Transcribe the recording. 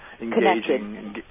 engaging